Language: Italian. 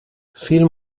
film